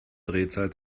drehzahl